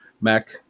MAC